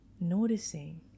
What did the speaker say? noticing